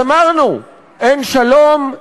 אז אמרנו: אין שלום,